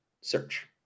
search